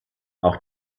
auch